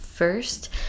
First